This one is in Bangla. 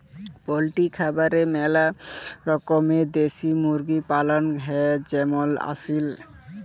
পল্ট্রি খামারে ম্যালা রকমের দেশি মুরগি পালন হ্যয় যেমল আসিল